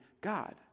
God